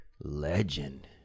Legend